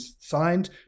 signed